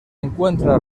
encuentra